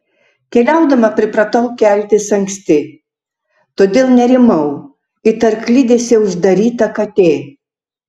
keliaudama pripratau keltis anksti todėl nerimau it arklidėse uždaryta katė